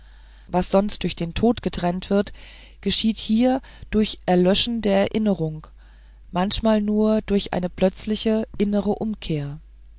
was sonst durch den tod getrennt wird geschieht hier durch erlöschen der erinnerung manchmal nur durch eine plötzliche innere umkehr